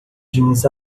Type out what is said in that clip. jeans